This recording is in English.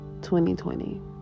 2020